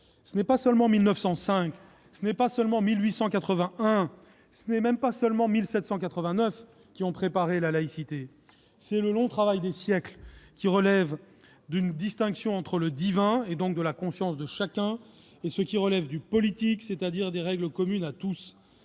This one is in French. Ce n'est pas seulement 1905, ce n'est pas seulement 1881, ce n'est même pas seulement 1789 qui ont préparé la laïcité. C'est le long travail des siècles qui a permis de faire la distinction entre ce qui relève du divin, et donc de la conscience de chacun, et ce qui relève du politique, c'est-à-dire des règles communes à tous.